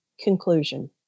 Conclusion